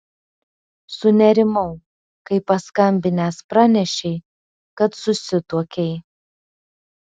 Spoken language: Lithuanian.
sunerimau kai paskambinęs pranešei kad susituokei